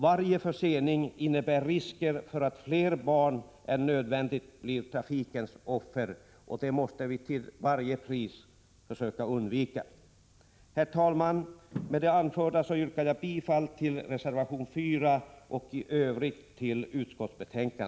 Varje försening innebär risker för att fler barn än nödvändigt blir trafikens offer, och det måste vi till varje pris försöka undvika. Herr talman! Med det anförda yrkar jag bifall till reservation 4 och i övrigt till utskottets hemställan.